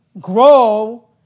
grow